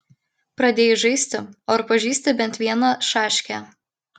pradėjai žaisti o ar pažįsti bent vieną šaškę